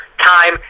time